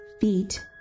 feet